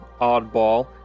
Oddball